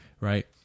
right